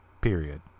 Period